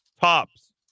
tops